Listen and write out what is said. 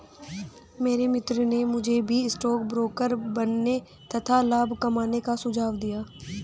मेरे मित्र ने मुझे भी स्टॉक ब्रोकर बनने तथा लाभ कमाने का सुझाव दिया